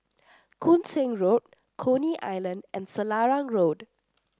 Koon Seng Road Coney Island and Selarang Road